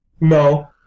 no